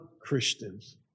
Christians